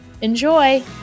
Enjoy